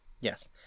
Yes